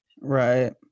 Right